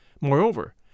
Moreover